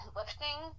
lifting